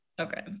Okay